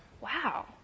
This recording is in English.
wow